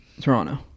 toronto